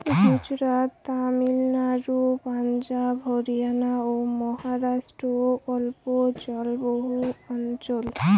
গুজরাট, তামিলনাড়ু, পাঞ্জাব, হরিয়ানা ও মহারাষ্ট্র অল্প জলবহুল অঞ্চল